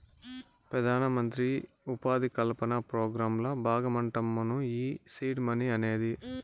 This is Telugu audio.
పెదానమంత్రి ఉపాధి కల్పన పోగ్రాంల బాగమంటమ్మను ఈ సీడ్ మనీ అనేది